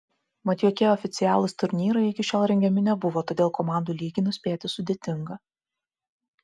mat jokie oficialūs turnyrai iki šiol rengiami nebuvo todėl komandų lygį nuspėti sudėtinga